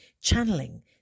channeling